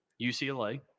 UCLA